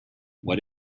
what